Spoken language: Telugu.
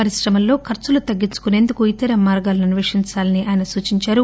పరిశ్రమలో ఖర్సులు తగ్గించుకుసేందుకు ఇతర మార్గాలను అస్వేషించాలని ఆయన సూచించారు